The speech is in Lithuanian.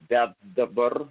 bet dabar